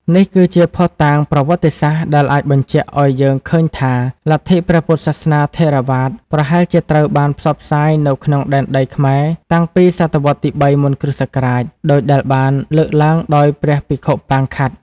នេះគឺជាភស្តុតាងប្រវត្តិសាស្ត្រដែលអាចបញ្ជាក់ឱ្យយើងឃើញថា លទ្ធិព្រះពុទ្ធសាសនាថេរវាទប្រហែលជាត្រូវបានផ្សព្វផ្សាយនៅក្នុងដែនដីខ្មែរតាំងពី សតវត្សរ៍ទី ៣ មុនគ.ស. ដូចដែលបានលើកឡើងដោយ ព្រះភិក្ខុប៉ាង ខាត់។